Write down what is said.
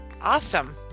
awesome